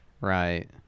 Right